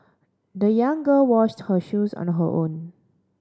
the young girl washed her shoes on her own